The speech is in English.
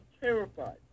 terrified